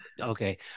Okay